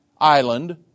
Island